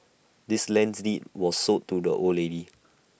this land's deed was sold to the old lady